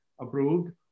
approved